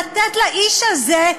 לתת לאיש הזה,